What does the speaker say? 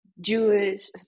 Jewish